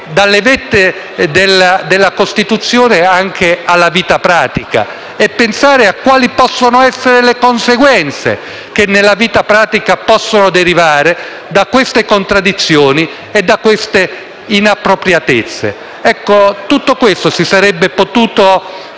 dalle vette della Costituzione alla vita pratica e pensare a quali possono essere le conseguenze che nella vita pratica possono derivare da queste contraddizioni e da queste inappropriatezze. Tutto questo si sarebbe potuto